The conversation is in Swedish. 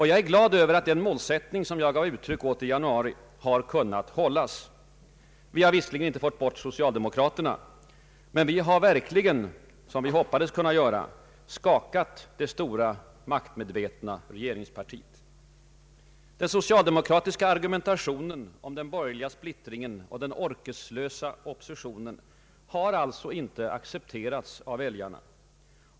Jag är glad över att den målsättning som jag gav uttryck åt i januari har kunnat hållas. Vi har visserligen inte fått bort socialdemokraterna. Men vi har verkligen — som vi hoppades kunna göra — ”skakat det stora maktmedvetna regeringspartiet”. Den socialdemokratiska argumentationen om den borgerliga splittringen och den orkeslösa oppositionen har alltså inte accepterats av väljarna.